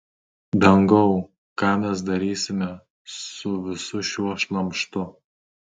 dangau ką mes darysime su visu šiuo šlamštu